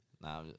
Nah